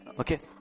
okay